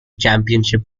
championship